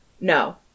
No